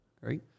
Right